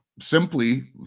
simply